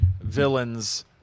villains